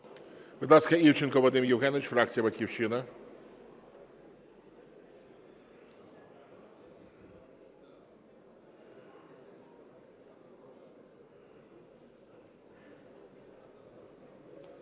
Будь ласка, Івченко Вадим Євгенович, фракція "Батьківщина".